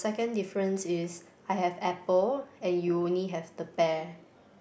second difference is I have apple and you only have the pear